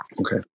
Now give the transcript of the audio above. Okay